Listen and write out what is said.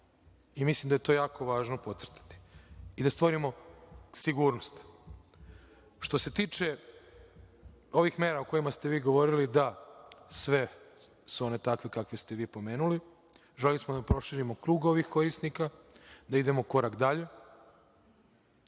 i mislim da je to jako važno pocrtati i da stvorimo sigurnost. Što se tiče ovih mera o kojima ste vi govorili, da, sve su one takve kakve ste vi pomenuli. Želeli smo da proširimo krug ovih korisnika, da idemo korak dalje. Što